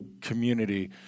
community